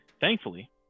thankfully